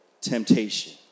temptation